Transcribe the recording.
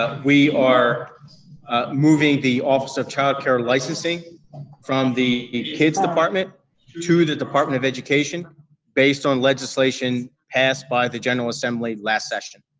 we are moving the office of childcare licensing from the kid's department to the department of education based on legislation passed by the general assembly last session.